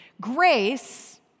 Grace